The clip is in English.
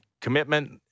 commitment